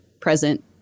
present